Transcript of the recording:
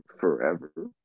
forever